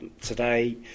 today